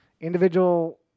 individual